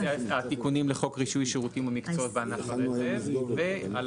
התיקונים לחוק רישוי שירותים ומקצועות בענף הרכב וגם על